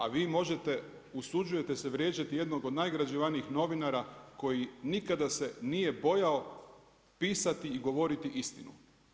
A vi možete, usuđujete se vrijeđati jednog od najnagrađivanijih novinara koji nikada se nije bojao pisati i bojati istinu.